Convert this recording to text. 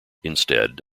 instead